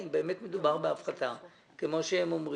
אם באמת מדובר בהפחתה כמו שהם אומרים.